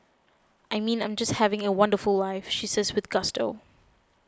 I mean I'm just having a wonderful life she says with gusto